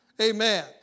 Amen